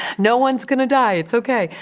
no one's gonna die, it's ok.